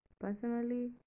personally